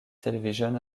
television